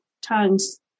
tongues